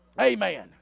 Amen